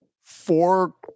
four